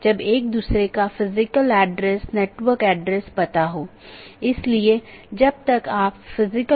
यह एक बड़े आईपी नेटवर्क या पूरे इंटरनेट का छोटा हिस्सा है